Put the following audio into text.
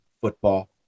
football